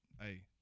hey